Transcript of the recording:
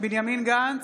בנימין גנץ,